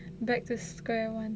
back to square one